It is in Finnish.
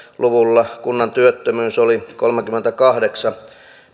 luvulla kunnan työttömyys oli kolmekymmentäkahdeksan